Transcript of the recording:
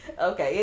Okay